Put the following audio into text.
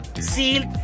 sealed